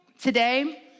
today